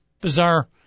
bizarre